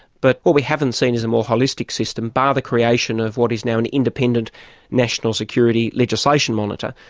but what we haven't seen is a more holistic system bar the creation of what is now an independent national security legislation monitor,